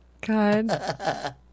God